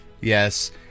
Yes